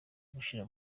gushira